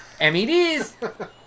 MEDs